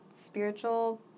spiritual